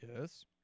Yes